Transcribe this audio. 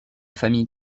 famille